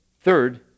Third